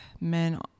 men